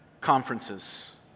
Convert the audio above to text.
conferences